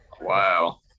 Wow